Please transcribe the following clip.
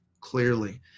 clearly